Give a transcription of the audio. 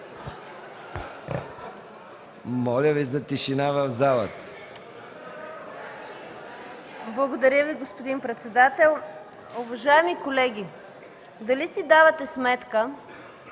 Моля Ви за тишина в залата!